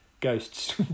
ghosts